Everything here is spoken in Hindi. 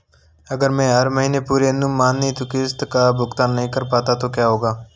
अगर मैं हर महीने पूरी अनुमानित किश्त का भुगतान नहीं कर पाता तो क्या होगा?